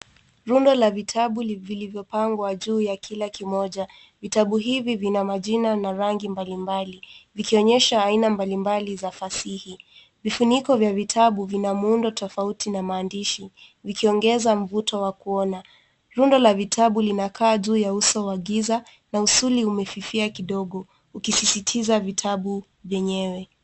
Rundo la vitabu vilivyopangwa juu ya kila kimoja. Vitabu hivi vina majina na rangi mbalimbali. Zikionyesha aina mbalimbali za fasihi. Vifuniko vya vitabu, vina muundo tofauti na maandishi, vikiongeza mvuto wa kuona. Rundo la vitabu linakaa juu ya uso wa giza, na usuli umefifia kidogo. Ukisisitiza vitabu, vyenyewe.